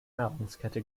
nahrungskette